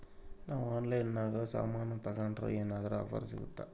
ನಾವು ಆನ್ಲೈನಿನಾಗ ಸಾಮಾನು ತಗಂಡ್ರ ಏನಾದ್ರೂ ಆಫರ್ ಸಿಗುತ್ತಾ?